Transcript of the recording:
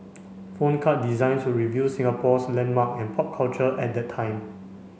phone card designs would reveal Singapore's landmark and pop culture at that time